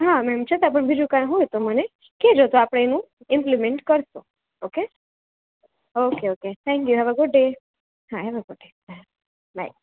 હા મેમ છતાં પણ બીજું કાઈ હોય તો મને કહેજો તો આપણે એનું ઈમ્પ્લીમેન્ટ કરીશું okay okay thank you have a good day હા have a good day by